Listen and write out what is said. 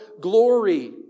glory